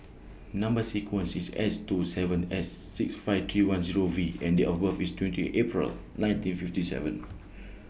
Number sequence IS S two seven S six five three one Zero V and Date of birth IS twenty eight April nineteen fifty seven